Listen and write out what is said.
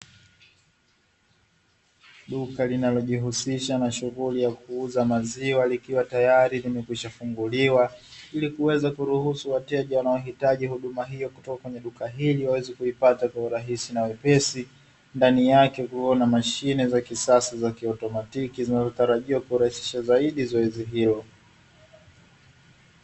Duka linalojihusisha na shughuli ya kuuza maziwa likiwa tayari limekwisha funguliwa, ili kuweza kuruhusu wateja wanaohitaji huduma hiyo kutoka kwenye duka hili waweze kuzipata kwa urahisi na wepesi. Ndani yake kukiwa na mashine za kisasa za kiotomatiki, zinazotarajiwa kurahisisha zaidi zoezi hilo.